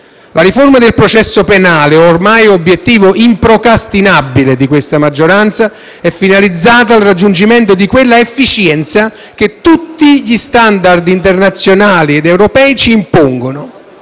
La riforma del processo penale ormai è obiettivo improcrastinabile di questa maggioranza, finalizzato al raggiungimento di quell'efficienza che tutti gli *standard* internazionali ed europei ci impongono,